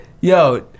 Yo